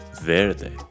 Verde